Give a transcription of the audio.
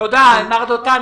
מר דותן.